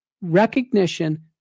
recognition